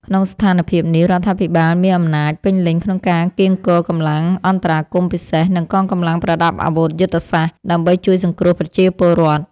ក្នុងស្ថានភាពនេះ រដ្ឋាភិបាលមានអំណាចពេញលេញក្នុងការកៀងគរកម្លាំងអន្តរាគមន៍ពិសេស និងកងកម្លាំងប្រដាប់អាវុធយុទ្ធសាស្ត្រ ដើម្បីជួយសង្គ្រោះប្រជាពលរដ្ឋ។